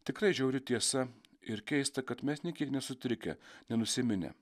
tikra žiauri tiesa ir keista kad mes nė kiek nesutrikę nenusiminę